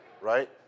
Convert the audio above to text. Right